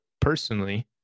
personally